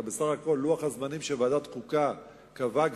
הרי בסך הכול לוח הזמנים שוועדת החוקה קבעה,